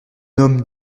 homme